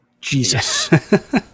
Jesus